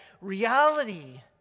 Reality